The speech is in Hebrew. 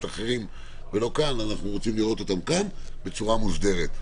אחרים ולא כאן אנחנו רוצים לראות אותם כאן בצורה מוסדרת.